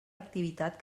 activitat